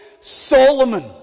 Solomon